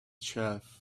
shelf